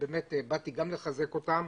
באתי גם לחזק אותם.